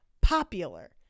popular